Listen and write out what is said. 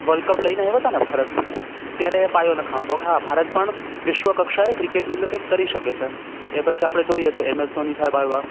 world cup લઇને આવ્યા હતા ને ભારત ત્યારે પાયો નખાયો હતો ભારત પણ વિશ્વ કક્ષાએ ક્રિકેટની અંદર કંઈ કરી શકે છે એ પછી આપણે જોઈએ તો એમએસ ધોની સાહેબ આવ્યા